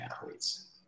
athletes